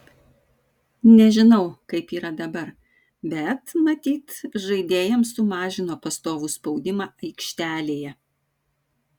nežinau kaip yra dabar bet matyt žaidėjams sumažino pastovų spaudimą aikštelėje